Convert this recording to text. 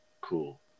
cool